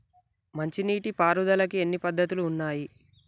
మంచి నీటి పారుదలకి ఎన్ని పద్దతులు ఉన్నాయి?